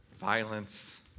violence